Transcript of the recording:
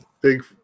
Big